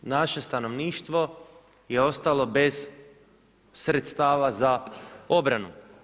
Naše stanovništvo je ostalo bez sredstava za obranu.